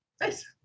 Nice